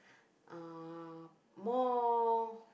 uh more